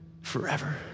forever